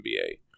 NBA